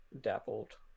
dappled